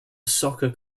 soccer